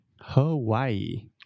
Hawaii